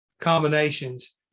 combinations